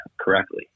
correctly